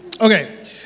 Okay